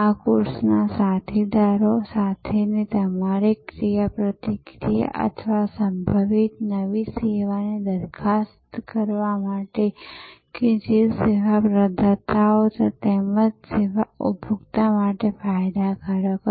આ કોર્સમાં સાથીદારો સાથેની તમારી ક્રિયાપ્રતિક્રિયા અથવા સંભવિત નવી સેવાની દરખાસ્ત કરવા માટે કે જે સેવા પ્રદાતાઓ તેમજ સેવા ઉપભોક્તા માટે ફાયદાકારક હશે